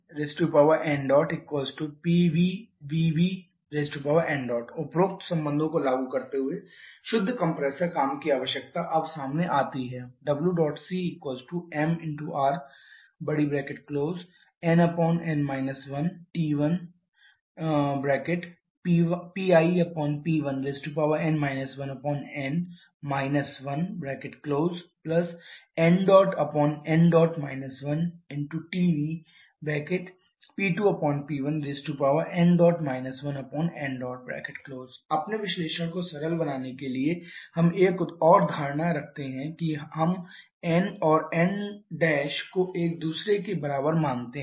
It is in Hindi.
PDvDńPBvBń उपरोक्त संबंधों को लागू करते हुए शुद्ध कंप्रेसर काम की आवश्यकता अब सामने आती है ẇcmRnn 1T1PlP1n 1n 1ńń 1TBP2Plń 1ń अपने विश्लेषण को सरल बनाने के लिए हम एक और धारणा रखते हैं कि हम n और n' को एक दूसरे के बराबर मानते हैं